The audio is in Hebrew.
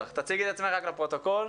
תציגי את עצמך לפרוטוקול.